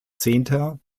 zehnter